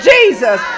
Jesus